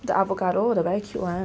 the avocado the very cute [one]